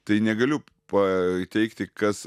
tai negaliu pa teigti kas